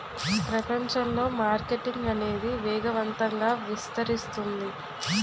ప్రపంచంలో మార్కెటింగ్ అనేది వేగవంతంగా విస్తరిస్తుంది